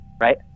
right